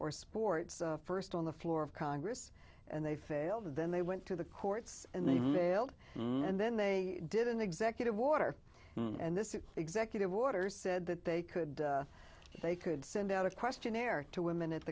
or sports first on the floor of congress and they failed and then they went to the courts and they mailed and then they did an executive water and this executive order said that they could they could send out a questionnaire to women at